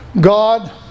God